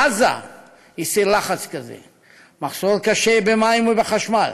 עזה היא סיר לחץ כזה: מחסור קשה במים, בחשמל.